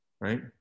right